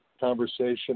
conversation